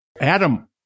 Adam